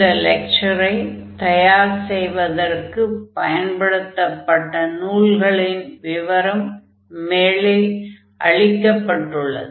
இந்த லெக்சரை தயார் செய்வதற்காகப் பயன்படுத்தப்பட்ட நூல்களின் விவரம் மேலே அளிக்கப்பட்டுள்ளது